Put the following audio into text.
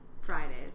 Fridays